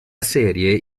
serie